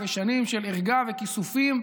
אחרי שנים של ערגה וכיסופים,